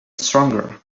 stronger